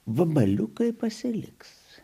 vabaliukai pasiliks